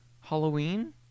Halloween